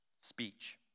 speech